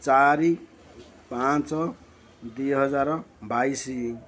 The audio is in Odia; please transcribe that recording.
ଚାରି ପାଞ୍ଚ ଦୁଇହଜାର ବାଇଶି